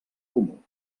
comú